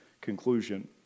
conclusion